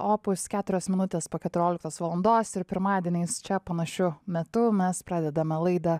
opus keturios minutės po keturioliktos valandos ir pirmadieniais čia panašiu metu mes pradedame laidą